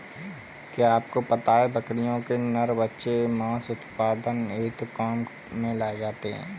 क्या आपको पता है बकरियों के नर बच्चे मांस उत्पादन हेतु काम में लाए जाते है?